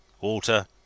Walter